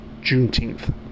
Juneteenth